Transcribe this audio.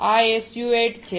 આ SU 8 છે